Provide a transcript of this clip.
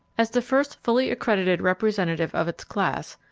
as the first fully accredited representative of its class,